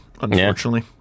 Unfortunately